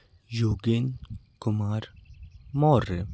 Yogen Kumar Maurya